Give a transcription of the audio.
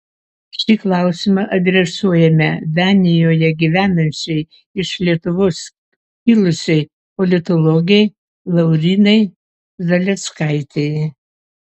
šį klausimą adresuojame danijoje gyvenančiai iš lietuvos kilusiai politologei laurynai zaleckaitei